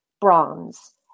bronze